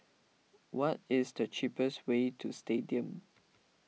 what is the cheapest way to Stadium